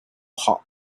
hot